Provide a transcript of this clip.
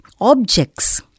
objects